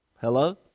Hello